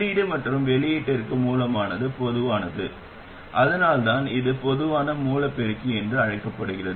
உள்ளீடு மற்றும் வெளியீட்டிற்கு மூலமானது பொதுவானது அதனால்தான் இது பொதுவான மூல பெருக்கி என்று அழைக்கப்படுகிறது